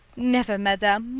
never, madame,